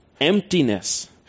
Emptiness